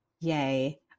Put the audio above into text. Yay